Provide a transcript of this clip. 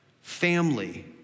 family